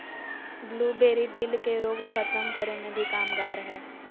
blueberry, दिल के रोग खत्म करे मे भी कामगार हय